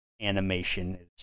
animation